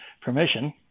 permission